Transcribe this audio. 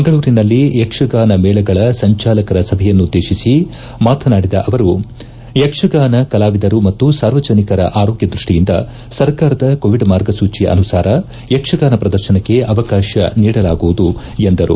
ಮಂಗಳೂರಿನಲ್ಲಿ ಯಕ್ಷಗಾನ ಮೇಳಗಳ ಸಂಚಾಲಕರ ಸಭೆಯನ್ನುದ್ದೇತಿಸಿ ಮಾತನಾಡಿದ ಅವರುಯಕ್ಷಗಾನ ಕಲಾವಿದರು ಮತ್ತು ಸಾರ್ವಜನಿಕರ ಆರೋಗ್ಯ ದೃಷ್ಷಿಯಿಂದ ಸರಕಾರದ ಕೋವಿಡ್ ಮಾರ್ಗಸೂಚಿಯ ಅನುಸಾರ ಯಕ್ಷಗಾನ ಪ್ರದರ್ಶನಕ್ಕೆ ಅವಕಾಶ ನೀಡಲಾಗುವುದು ಎಂದರು